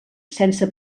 sense